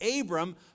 Abram